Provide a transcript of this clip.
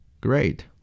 Great